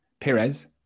Perez